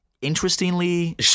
interestingly